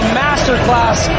masterclass